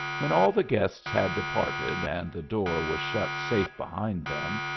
when all the guests had departed and the door was shut safe behind them,